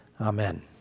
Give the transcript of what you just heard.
Amen